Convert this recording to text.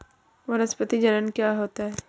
वानस्पतिक जनन क्या होता है?